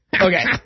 Okay